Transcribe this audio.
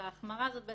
ההערות ורק אז